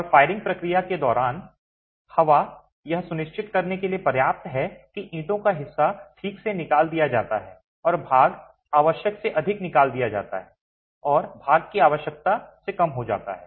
और फायरिंग प्रक्रिया के दौरान हवा यह सुनिश्चित करने के लिए पर्याप्त है कि ईंटों का हिस्सा ठीक से निकाल दिया जाता है भाग आवश्यक से अधिक निकाल दिया जाता है और भाग आवश्यकता से कम हो जाता है